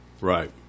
right